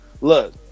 Look